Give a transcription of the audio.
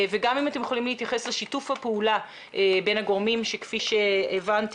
וגם אם אתם יכולים להתייחס לשיתוף הפעולה בין הגורמים שכפי שהבנתי,